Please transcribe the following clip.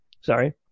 sorry